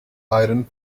iron